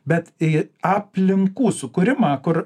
bet į aplinkų sukūrimą kur